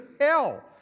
hell